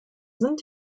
sind